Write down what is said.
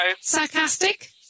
Sarcastic